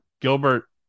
Gilbert